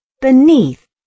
beneath